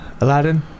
Aladdin